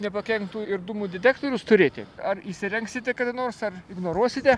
nepakenktų ir dūmų detektorius turėti ar įsirengsite kada nors ar ignoruosite